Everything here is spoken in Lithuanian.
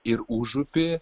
ir užupį